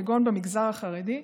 כגון במגזר החרדי,